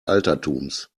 altertums